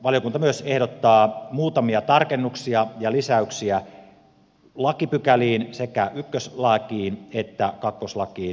valiokunta ehdottaa myös muutamia tarkennuksia ja lisäyksiä lakipykäliin sekä ykköslakiin että kakkoslakiin